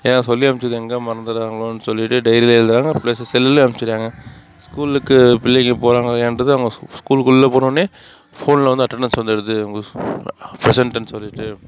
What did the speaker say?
ஏன்னா சொல்லி அனுப்புச்சதை எங்கே மறந்துடுறாங்களோன்னு சொல்லிட்டு டைரில் எழுதுகிறாங்க ப்ளஸ் செல்லுலேயும் அனுப்புச்சுடுறாங்க ஸ்கூலுக்கு பிள்ளைங்க போகிறாங்களா இல்லையான்றது அவங்க ஸ்கூலுக்குள்ளே போனோன்னே ஃபோனில் வந்து அட்டணன்ஸ் வந்துடுது ப்ரசண்ட்டுன்னு சொல்லிட்டு